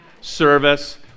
service